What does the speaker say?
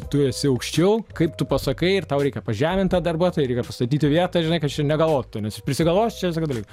tu esi aukščiau kaip tu pasakai ir tau reikia pažemint tą darbuotoją reikia pastatyt į vietą žinai kad čia negalvok tu nes prisigalvosi čia visokių dalykų